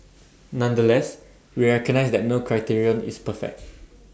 nonetheless we recognise that no criterion is perfect